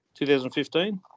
2015